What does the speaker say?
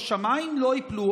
השמים לא ייפלו,